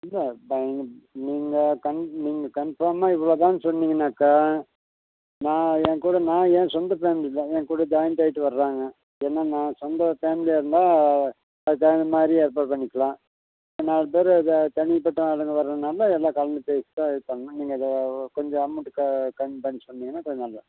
இல்லை ப நீங்கள் கன் நீங்கள் கன்ஃபார்மாக இவ்வளோ தான்னு சொன்னீங்கனாக்கால் நான் என் கூட நான் என் சொந்த ப்ரண்ட் இல்லை என் கூட ஜாயிண்ட்டாகிட்டு வர்றாங்க ஏன்னால் நான் சொந்த பேமிலியாயிருந்தால் அதுக்கு தகுந்த மாதிரி ஏற்பாடு பண்ணிக்கலாம் நாலு பேர் த தனிப்பட்ட ஆளுங்கள் வரதுனால் எல்லாம் கலந்து பேசி தான் இது பண்ணணும் நீங்கள் இதோ கொஞ்சம் அமௌண்ட் க கம்மி பண்ணி சொன்னிங்கனால் கொஞ்சம் நல்லாயிருக்கும்